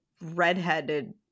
redheaded